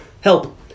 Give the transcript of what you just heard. Help